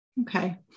okay